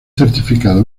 certificado